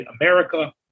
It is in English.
America